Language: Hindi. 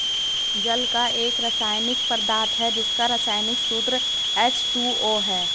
जल एक रसायनिक पदार्थ है जिसका रसायनिक सूत्र एच.टू.ओ है